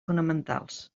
fonamentals